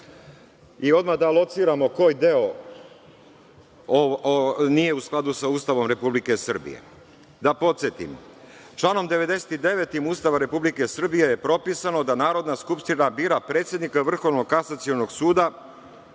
Odmah da lociramo koji deo nije u skladu sa Ustavom Republike Srbije. Da podsetim članom 49. Ustava Republike Srbije je propisano da Narodna skupština bira predsednika Vrhovnog kasacionog suda,